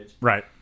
right